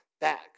back